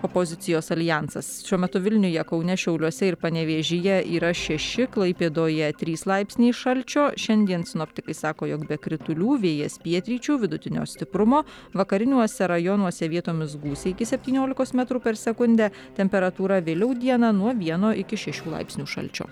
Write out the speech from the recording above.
opozicijos aljansas šiuo metu vilniuje kaune šiauliuose ir panevėžyje yra šeši klaipėdoje trys laipsniai šalčio šiandien sinoptikai sako jog be kritulių vėjas pietryčių vidutinio stiprumo vakariniuose rajonuose vietomis gūsiai iki septyniolikos metrų per sekundę temperatūra vėliau dieną nuo vieno iki šešių laipsnių šalčio